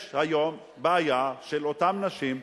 יש היום בעיה של אותן נשים,